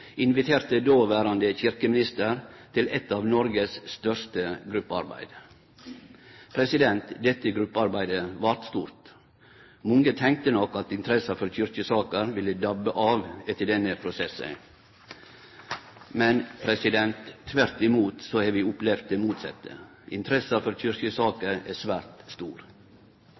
inviterte dåverande kyrkjeminister til eit av Noregs største gruppearbeid. Dette gruppearbeidet vart stort. Mange tenkte nok at interessa for kyrkjesaker ville dabbe av etter denne prosessen. Men vi har tvert imot opplevd det motsette. Interessa for kyrkjesaker er svært stor.